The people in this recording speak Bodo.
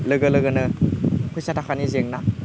लोगो लोगोनो फैसा थाखानि जेंना